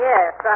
Yes